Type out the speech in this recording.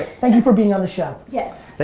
thank you for being on the show. yes.